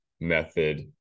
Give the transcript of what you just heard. method